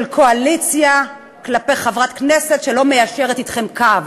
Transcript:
של קואליציה כלפי חברת כנסת שלא מיישרת אתכם קו.